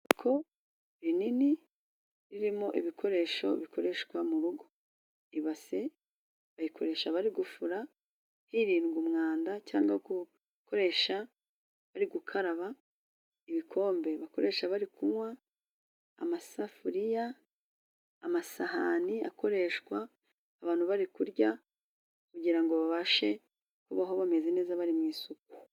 Ku rinini ririmo ibikoresho bikoreshwa mu rugo ibase bayikoresha bari gufura hirindwa umwanda cyangwa gukoresha bari gukaraba, ibikombe bakoresha bari kunywa, amasafuriya ,amasahani akoreshwa abantu bari kurya kugirango ngo babashe kubaho bameze neza bari musuku.